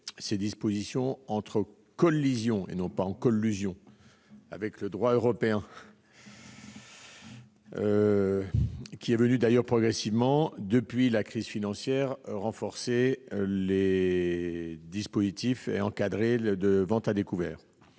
leurs dispositions entrent en collision- et non en collusion ! -avec le droit européen, qui est venu progressivement, depuis la crise financière, renforcer les dispositifs et encadrer la vente à découvert.